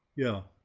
yeah,